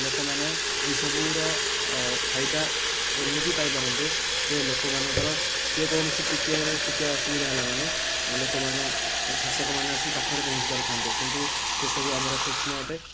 ଲୋକମାନେ ଏହିସବୁର ଫାଇଦା ଏମିତି ପାଇପାରନ୍ତେ ଯେ ଲୋକମାନଙ୍କର ଯେକୌଣସି ଟିକିଏ ଅସୁବିଧା ହେଲା ମାନେ ଶାସକମାନେ ଆସି ପାଖରେ ପହଞ୍ଚି ପାରୁଥାନ୍ତେ କିନ୍ତୁ ସେସବୁ ଆମର ସ୍ଵପ୍ନ ଅଟେ